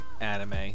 anime